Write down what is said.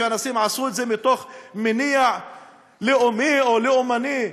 שאנשים עשו את זה מתוך מניע לאומי או לאומני.